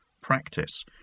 practice